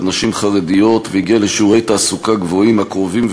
נשים חרדיות והגיע לשיעורים גבוהים הקרובים,